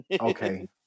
Okay